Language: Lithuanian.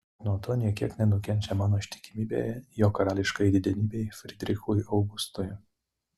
bet nuo to nė kiek nenukenčia mano ištikimybė jo karališkajai didenybei frydrichui augustui